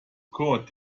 court